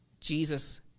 Jesus